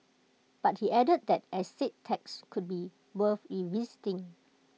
but he added that estate tax could be worth revisiting